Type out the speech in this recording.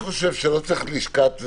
אני חושב שלא צריך לשכת.